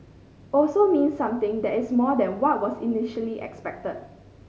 also means something that is more than what was initially expected